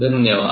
धन्यवाद